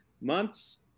months